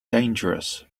dangerous